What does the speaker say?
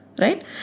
right